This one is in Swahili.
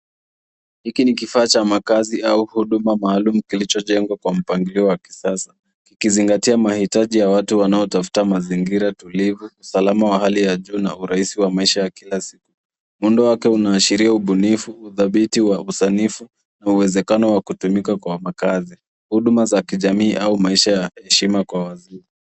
Hiki ni kifaa cha makaazi au huduma maalum kilichojengwa kwa mpangilio wa kisasa ikizingatia mahitaji ya watu wanaotafuta mazingira tulivu, usalama wa hali ya juu na urahisi wa maisha ya kila siku. Muundo wake unaashiria ubunifu, uthabiti wa usanifu na uwezekano wa kutumika kwa makaazi. Huduma za kijamiii au maisha ya heshima kwa wazee.